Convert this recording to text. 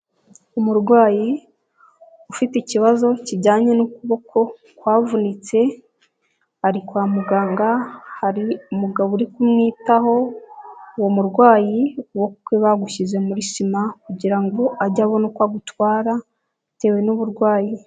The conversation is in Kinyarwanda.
Umurwayi ufite ikibazo kijyanye n'ukuboko kwavunitse, ari kwa muganga hari umugabo uri kumwitaho, uwo murwayi ukuboko kwe bagushyize muri sima kugira ngo ajye abona uko agutwara bitewe n'uburwayi.